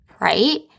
right